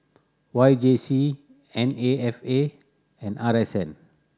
Y J C N A F A and R S N